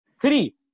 three